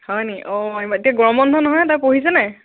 হয় নি অঁ এতিয়া গৰম বন্ধ নহয় তই পঢ়িছ নে